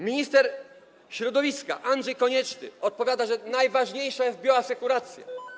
Minister środowiska Andrzej Konieczny odpowiada, że najważniejsza jest bioasekuracja.